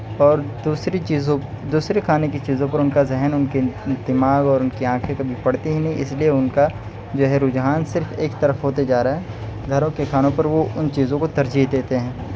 اور دوسری چیزوں دوسری کھانے کی چیزوں پر ان کا ذہن ان کے دماغ اور ان کی آنکھیں کبھی پڑتی ہی نہیں اس لیے ان کا جو ہے رجحان صرف ایک طرف ہوتے جا رہا ہے گھروں کے کھانوں پر وہ ان چیزوں کو ترجیح دیتے ہیں